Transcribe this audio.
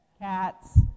Cats